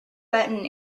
button